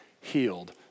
healed